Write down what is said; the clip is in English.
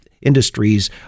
Industries